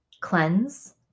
cleanse